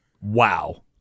wow